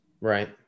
Right